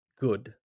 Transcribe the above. good